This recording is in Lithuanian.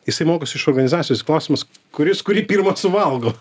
jisai mokosi iš organizacijos klausimas kuris kurį pirmą suvalgo